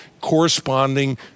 corresponding